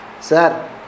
Sir